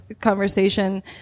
conversation